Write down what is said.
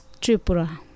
Tripura